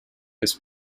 his